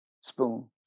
Spoon